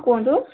କୁହନ୍ତୁ